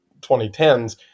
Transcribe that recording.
2010s